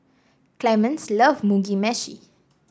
Clemens loves Mugi Meshi